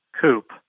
Coupe